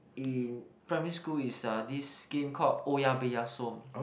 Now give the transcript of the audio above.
in primary school is uh this game called oya-beh-ya-som